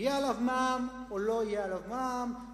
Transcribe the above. יהיה עליו מע"מ או לא יהיה עליו מע"מ,